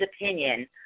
opinion